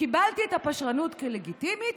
קיבלתי את הפשרנות כלגיטימית,